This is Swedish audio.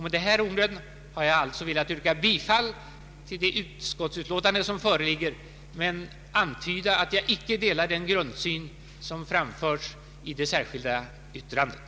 Med de här orden har jag alltså velat yrka bifall till det utskottsutlåtan de som föreligger men antyda att jag icke delar den grundsyn som framförs i det särskilda yttrandet.